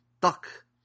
Duck